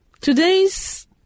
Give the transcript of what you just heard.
Today's